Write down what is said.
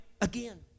again